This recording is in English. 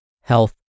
health